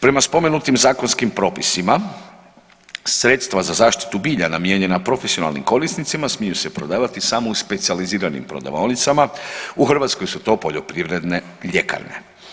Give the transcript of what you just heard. Prema spomenutim zakonskim propisima sredstva za zaštitu bilja namijenjena profesionalnim korisnicima smiju se prodavati samo u specijaliziranim prodavaonicama, u Hrvatskoj su to poljoprivredne ljekarne.